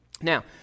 Now